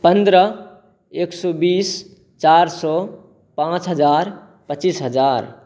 पनरह एक सओ बीस चारि सौओ पाँच हजार पचीस हजार